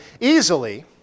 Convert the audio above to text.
easily